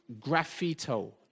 Graffito